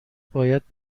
باید